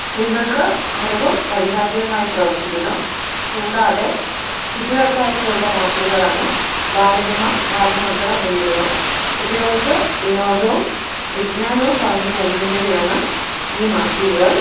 സ്ത്രീകൾക്ക് അറിവും വഴികാട്ടിയുമായി പ്രവർത്തിക്കുന്നു കൂടാതെ കുട്ടികൾക്കായിട്ടുള്ള മാസികകളാണ് ബാലരമ ബാലമംഗളം എന്നിവയിൽ കുട്ടികൾക്ക് വിനോദവും വിജ്ഞാനവും പകർന്നു നൽകുന്നവയാണ് ഈ മാസികകൾ